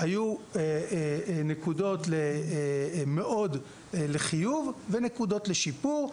היו נקודות מאוד לחיוב ונקודות לשיפור.